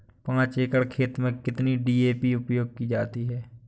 पाँच एकड़ खेत में कितनी डी.ए.पी उपयोग की जाती है?